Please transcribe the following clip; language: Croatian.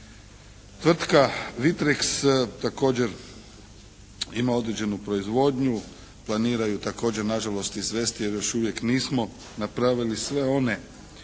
Tvrtka "Vitreks" također ima određenu proizvodnju, planiraju također nažalost izvesti jer još uvijek nismo napravili sve one